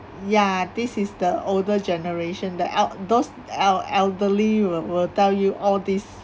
ya this is the older generation the el~ those el~ elderly will will tell you all this